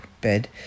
Bed